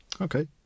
Okay